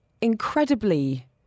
incredibly